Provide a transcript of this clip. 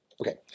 Okay